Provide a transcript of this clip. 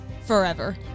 forever